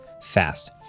fast